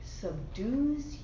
subdues